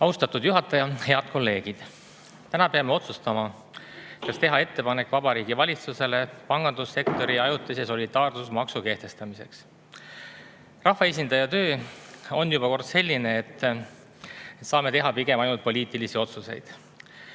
Austatud juhataja! Head kolleegid! Täna peame otsustama, kas teha ettepanek Vabariigi Valitsusele pangandussektori ajutise solidaarsusmaksu kehtestamiseks. Rahvaesindaja töö on juba kord selline, et saame teha ainult poliitilisi otsuseid.